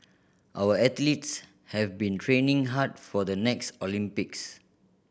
our athletes have been training hard for the next Olympics